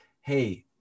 hey